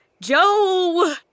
Joe